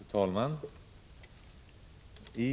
Fru talman!